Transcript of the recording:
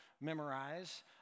memorize